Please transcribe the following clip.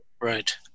Right